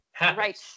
right